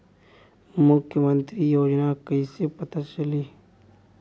मुख्यमंत्री योजना कइसे पता चली?